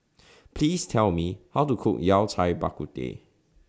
Please Tell Me How to Cook Yao Cai Bak Kut Teh